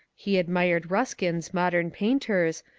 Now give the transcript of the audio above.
he ad mired euskin's modem painters,